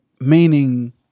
Meaning